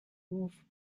moved